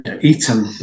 eaten